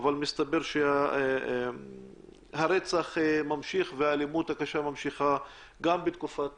אבל מסתבר שהרצח ממשיך והאלימות הקשה ממשיכה גם בתקופת